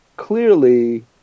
Clearly